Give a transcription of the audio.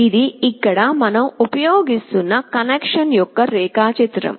ఇది ఇక్కడ మనం ఉపయోగిస్తున్న కనెక్షన్ యెక్క రేఖాచిత్రం